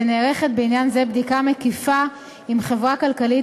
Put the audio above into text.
ונערכת בעניין זה בדיקה מקיפה עם חברה כלכלית